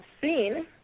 seen